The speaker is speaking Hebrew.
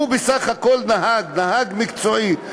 הוא בסך הכול נהג, נהג מקצועי.